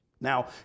Now